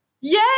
Yay